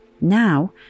Now